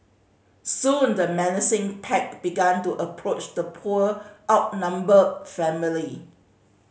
soon the menacing pack began to approach the poor outnumbered family